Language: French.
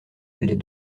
les